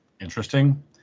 interesting